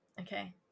Okay